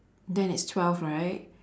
then it's twelve right